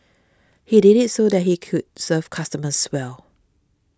he did it so that he could serve customers well